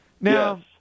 Now